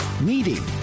meeting